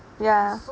ya